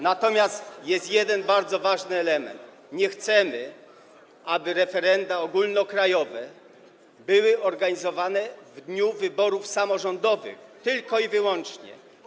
Natomiast jest jeden bardzo ważny element: nie chcemy, aby referenda ogólnokrajowe były organizowane w dniu wyborów samorządowych - tylko i wyłącznie.